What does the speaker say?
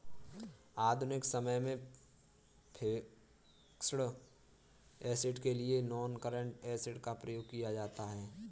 आधुनिक समय में फिक्स्ड ऐसेट के लिए नॉनकरेंट एसिड का प्रयोग किया जाता है